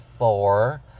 Four